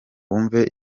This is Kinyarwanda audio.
wumve